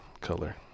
color